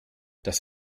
das